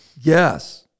Yes